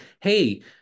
hey